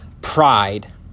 Pride